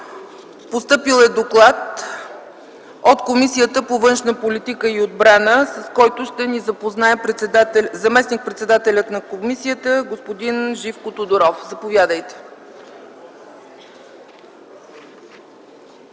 Постъпил е доклад от Комисията по външна политика и отбрана, с който ще ни запознае заместник-председателят на комисията господин Живко Тодоров. Заповядайте.